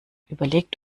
überlegt